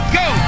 go